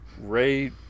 Ray